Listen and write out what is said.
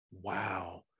Wow